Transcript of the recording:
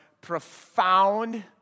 profound